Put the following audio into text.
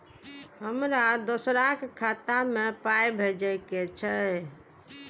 हमरा दोसराक खाता मे पाय भेजे के छै?